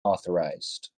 authorized